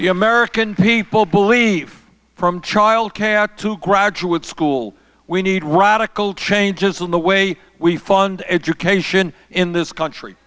you american people believe from childcare to graduate school we need radical changes in the way we fund education in this country